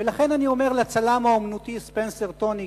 ולכן, אני אומר לצלם האומנותי ספנסר טוניק: